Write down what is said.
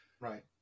Right